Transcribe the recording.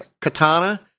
Katana